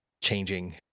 changing